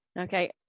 Okay